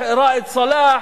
ראאד סלאח,